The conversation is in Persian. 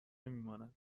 نمیماند